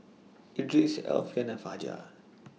Idris Alfian and Fajar